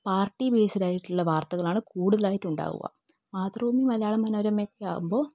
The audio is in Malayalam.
പാർട്ടി ബേസ്ഡ് ആയിട്ടുള്ള വാർത്തകളാണ് കൂടുതലായിട്ട് ഉണ്ടാവുക മാതൃഭൂമി മലയാളം മനോരമയൊക്കെ ആകുമ്പോൾ